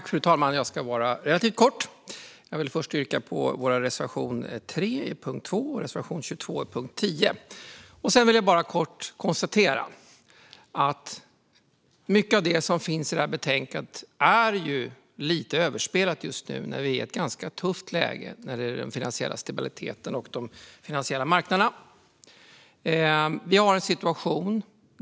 Fru talman! Jag ska hålla detta relativt kort. Jag vill först yrka bifall till vår reservation 3 under punkt 2 och reservation 22 under punkt 10. Mycket i detta betänkande är lite överspelat just nu, när vi är i ett ganska tufft läge i fråga om den finansiella stabiliteten och de finansiella marknaderna.